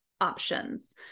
options